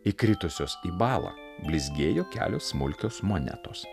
įkritusios į balą blizgėjo kelios smulkios monetos